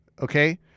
Okay